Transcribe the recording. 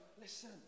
listen